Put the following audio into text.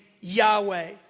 Yahweh